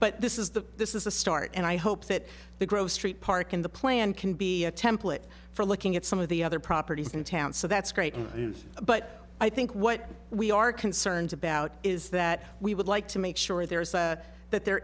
but this is the this is a start and i hope that the grove street park in the plan can be a template for looking at some of the other properties in town so that's great but i think what we are concerned about is that we would like to make sure there is that there